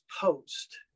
post